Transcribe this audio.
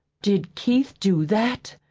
did keith do that?